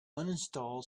uninstall